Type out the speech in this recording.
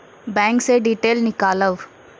Bank से detail नीकालव?